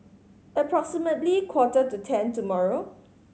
approximately quarter to ten tomorrow